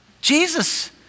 Jesus